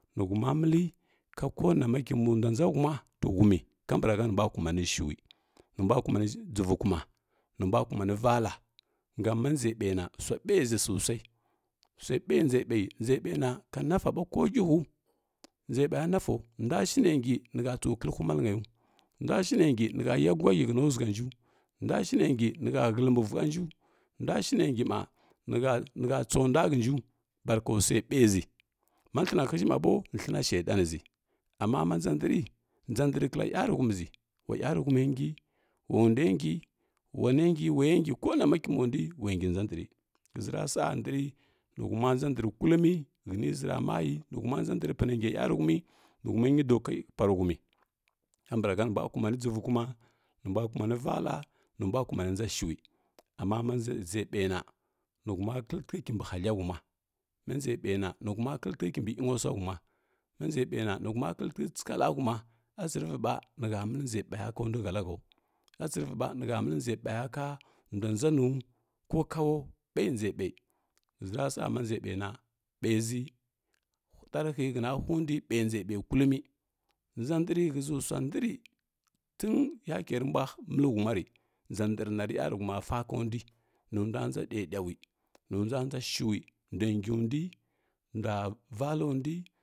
Nəhuma məli ka konama ndua nʒa huma tə tumi kambrahə nibwa kumani shui mimbu kumani givukuma nibwa kumini vala gan ma nʒeɓe na sua ɓəʒi sosai sui ɓayi nʒe ɓayi nʒe ɓayi na ka naɗa ɓa ko ʒihu nʒe ɓayi nʒe ɓayi na ka naɗa ɓa ko ʒihu nʒe baya nasau nduashne si nəhə tsu klehu malnəyiu ndustine nji nihə yaguhəji həna ʒuganju nduashine ngi nihə həlbi vughənju nduashne nji mba nihə tsondua ka hənju barka sui ɓayi ʒi, ma thəna hiʒhi mba bo thəna shedan ʒi amma ma nʒa ndri nʒa ndr kla yuruhum ʒi ula yarihuma ngi ula ndaa ngi wana ngi waya ngi kanama kimbundui wangi nʒa ndri ghəʒtrasa ndri nihuma nʒa ndr kulumi həni ʒuramayi nihuma nʒa ndri pana nsa yaruhimi nihumanyi doko paruhumi kambrahə nəhuma kulami givukuma nibula kumani vala mibu kumani nʒa shui amma naa nʒa sai nai nihuma kletike kimbi hashə tuma ma nze ɓai nihua kilitine kimbi inosua homa ma nʒe ɓai na nihuma kiltike tsikala huma a tsirivə ɓa nihə məli nʒe ɓai ka duhəlahəu a tsirivi ɓa nihə məli nʒe kau ndua nʒanu ko kawa ɓai nʒe ɓai nʒhəzirasa ma nʒe ɓaina ɓaiʒi dartie ghəna hundi ɓai nʒe ɓai kullumi nʒa ndri shəʒi na ndri tun yake re mbua məli huma re nʒa ndri nari yanuhuma sa kondui nundua nʒa ɗauɗaui numju nʒa shui nda ngiundui ndua valandui.